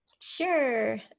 Sure